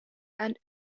and